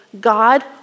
God